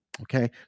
okay